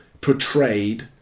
portrayed